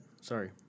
Sorry